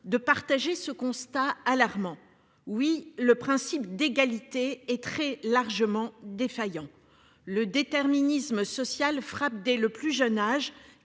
de partager ce constat alarmant. Oui, le principe d'égalité et très largement défaillant le déterminisme social frappe dès le plus jeune âge.